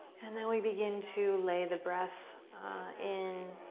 and then we begin to lay the breath in,